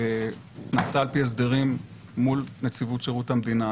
נעשה על פי הסדרים מול נציבות שירות המדינה,